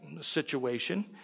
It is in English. situation